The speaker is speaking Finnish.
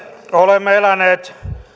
olemme eläneet